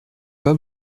pas